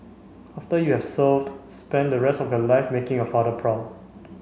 after you have served spend the rest of your life making your father proud